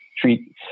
treat